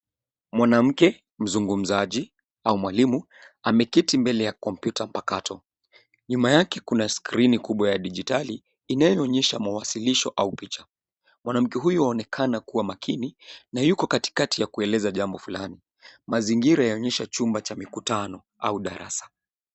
Mwanamke mzungumzaji au mwalimu ameketi mbele ya kompyuta mpakato, nyuma yake kuna skrini kubwa ya dijitali inayoonyesha mawasilisho au picha. Mwanamke huyu aonekana kuwa makini, na yuko katikati ya kueleza jambo fulani. Mazingira yaonyesha chumba cha mikutano au darasa.